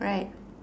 right